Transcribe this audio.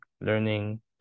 Learning